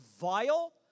vile